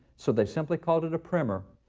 so they simply called it a primer.